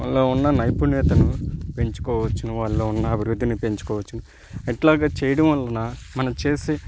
వాళ్ళల్లో ఉన్న నైపుణ్యతను పెంచుకోవచ్చు వాళ్ళల్లో ఉన్న అభివృద్ధిని పెంచుకోవచ్చు ఇలాగ చేయటం వలన మనం చేసే